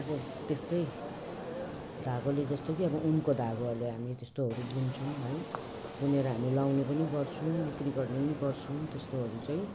अब त्यस्तै धागोले जस्तो कि अब ऊनको धागोहरूले हामी त्यस्तोहरू बुन्छौँ है बुनेर हामी लगाउने पनि गर्छौँ बिक्री गर्ने पनि गर्छौँ त्यस्तोहरू चाहिँ